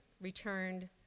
returned